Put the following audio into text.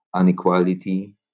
inequality